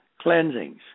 cleansings